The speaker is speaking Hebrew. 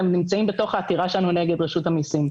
והן נמצאות בתוך העתירה שלנו נגד רשות המיסים.